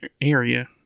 area